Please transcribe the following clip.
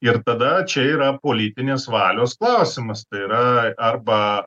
ir tada čia yra politinės valios klausimas tai yra arba